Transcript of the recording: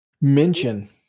mention